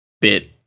bit